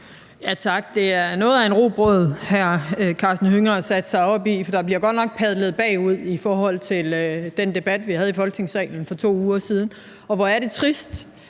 Tak. Det er noget af en robåd, hr. Karsten Hønge har sat sig op i. For der bliver godt nok padlet bagud i forhold til den debat, vi havde i Folketingssalen for 2 uger siden – og hvor er det trist.